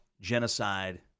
genocide